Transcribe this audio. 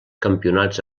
campionats